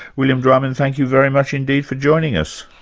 william drumin, thank you very much indeed for joining us.